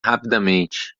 rapidamente